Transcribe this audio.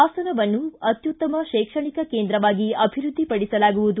ಹಾಸನವನ್ನು ಅತ್ಯುತ್ತಮ ಶೈಕ್ಷಣಿಕ ಕೇಂದ್ರವಾಗಿ ಅಭಿವೃದ್ಧಿ ಪಡಿಸಲಾಗುವುದು